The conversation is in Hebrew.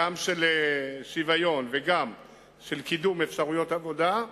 גם של שוויון וגם של קידום אפשרויות עבודה,